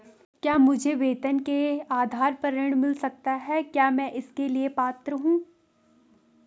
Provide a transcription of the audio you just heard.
क्या मुझे वेतन के आधार पर ऋण मिल सकता है क्या मैं इसके लिए पात्र हूँ?